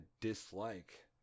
dislike